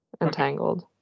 Entangled